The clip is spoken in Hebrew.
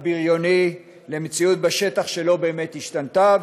הבריוני למציאות בשטח, שלא באמת השתנתה.